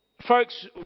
folks